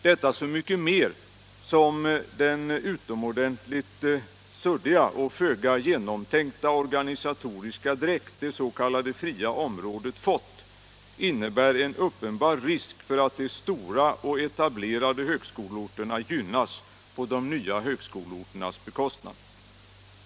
Detta så mycket mer som den utomordentligt suddiga och föga genomtänkta organisatoriska dräkt det s.k. fria området fått innebär en uppenbar risk för att de stora och etablerade högskoleorterna gynnas på de nya högskoleorternas bekostnad.